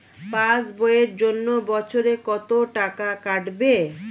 Pass বইয়ের জন্য বছরে কত টাকা কাটবে?